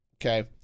okay